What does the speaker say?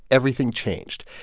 everything changed.